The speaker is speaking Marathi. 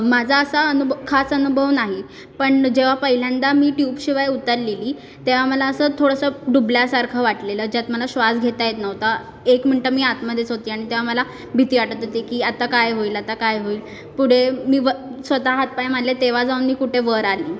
माझा असा अनुभव खास अनुभव नाही पण जेव्हा पहिल्यांदा मी ट्यूबशिवाय उतरलेली तेव्हा मला असं थोडंसं डुबल्यासारखं वाटलेलं ज्यात मला श्वास घेता येत नव्हता एक मिंटं मी आतमध्येच होती आणि तेव्हा मला भीती वाटत होती की आता काय होईल आता काय होईल पुढे मी व स्वत हातपाय मारले तेव्हा जाऊन मी कुठे वर आली